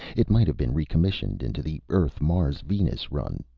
it might have been recommissioned into the earth-mars-venus run,